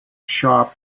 sharp